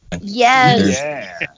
Yes